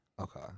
Okay